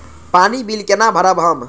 पानी बील केना भरब हम?